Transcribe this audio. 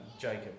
Jacob